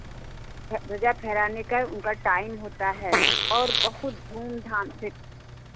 ध्वजा फहराने का उनका टाइम होता है और बहुत धूमधाम से